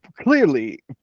Clearly